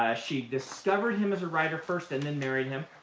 ah she discovered him as a writer first, and then married him.